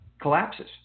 collapses